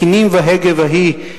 קינים והגה והי,